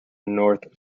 north